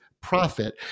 profit